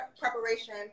preparation